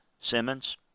Simmons